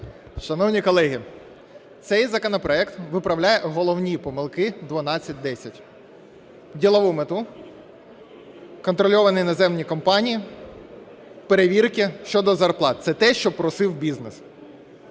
Шановні колеги, цей законопроект виправляє головні помилки 1210: Ділову мету, контрольовані іноземні компанії, перевірки щодо зарплат. Це те, про що просив бізнес.